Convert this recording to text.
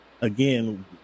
again